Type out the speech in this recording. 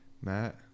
Matt